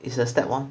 it's a step one